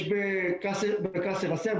יש בקסר א-סיר,